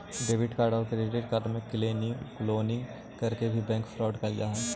debit card आउ credit card के cloning करके भी बैंक फ्रॉड कैल जा हइ